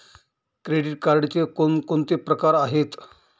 Credit कार्डचे कोणकोणते प्रकार आहेत?